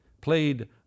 played